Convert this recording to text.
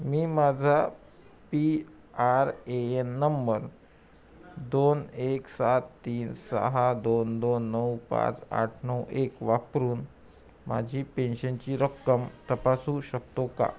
मी माझा P R A N number दोन एक सात तीन सहा दोन दोन नऊ पाच आठ नऊ एक वापरून माझी पेन्शनची रक्कम तपासू शकतो का